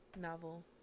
novel